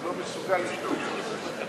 הוא לא מסוגל לשתוק שלוש דקות,